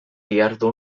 dihardu